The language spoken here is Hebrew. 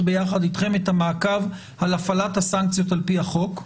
ביחד איתכם את המעקב על הפעלת הסנקציות על פי החוק,